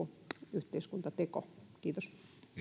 yhteiskuntateko kiitos